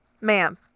ma'am